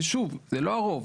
ושוב, זה לא הרוב.